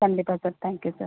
கண்டிப்பாக sir thank you sir